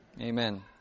Amen